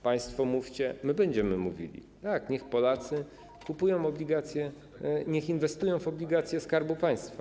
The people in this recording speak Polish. Państwo mówcie, my będziemy mówili: tak, niech Polacy kupują obligacje, niech inwestują w obligacje Skarbu Państwa.